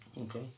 Okay